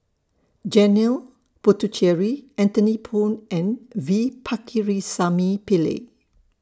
Janil Puthucheary Anthony Poon and V Pakirisamy Pillai